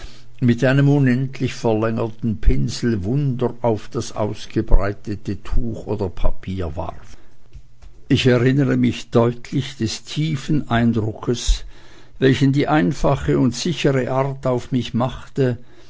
mit einem unendlich verlängerten pinsel wunder auf das ausgebreitete tuch oder papier warf ich erinnere mich deutlich des tiefen eindruckes welchen die einfache und sichere art auf mich machte